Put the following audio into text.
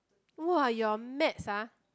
!wah! your maths ah